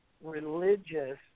religious